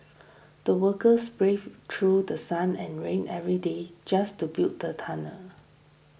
the workers braved through sun and rain every day just to build the tunnel